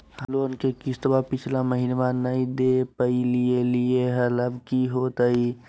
हम लोन के किस्तवा पिछला महिनवा नई दे दे पई लिए लिए हल, अब की होतई?